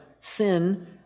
sin